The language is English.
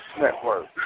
Network